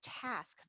task